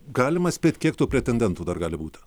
galima spėt kiek tų pretendentų dar gali būt